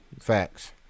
Facts